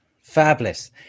Fabulous